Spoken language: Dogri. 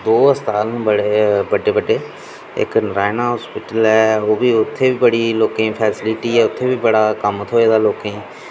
दो अस्पताल न बड्डे बड्डे इक नरायणा हॉस्पिटल ऐ ओह् बी उत्थै बी लोकें गी बड़ी फैसलिटी ऐ उत्थै बी कम्म थ्होए दा लोकें गी